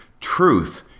truth